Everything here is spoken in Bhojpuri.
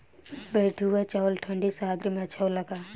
बैठुआ चावल ठंडी सह्याद्री में अच्छा होला का?